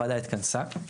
הוועדה התכנסה,